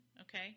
okay